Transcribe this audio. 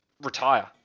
retire